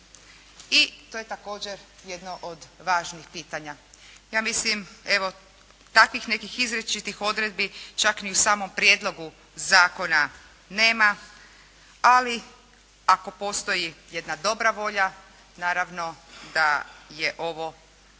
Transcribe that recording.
i to je također jedno od važnih pitanja. Ja mislim, evo takvih nekih izričitih odredbi čak ni u samom prijedlogu zakona nema, ali ako postoji jedna dobra volja, naravno da je ovo